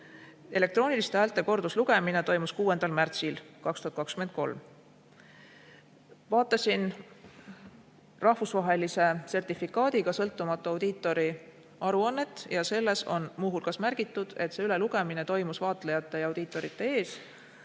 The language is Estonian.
Elektrooniliste häälte korduslugemine toimus 6. märtsil 2023. Vaatasin rahvusvahelise sertifikaadiga sõltumatu audiitori aruannet ja selles on muu hulgas märgitud, et see ülelugemine toimus vaatlejate ja audiitorite ees.